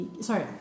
sorry